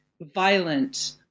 violent